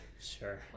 Sure